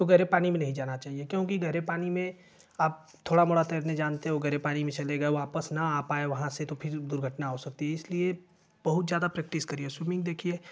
तो गहरे पानी में नहीं जाना चाहिए क्योंकि गहरे पानी में आप थोड़ा मोड़ा तैरना जानते हो गहरे पानी में चले गए वपास न आ पाए वहाँ से तो फिर दुर्घटना हो सकती है इसलिए बहुत ज़्यादा प्रैक्टिस करिए स्विमिन्ग देखिए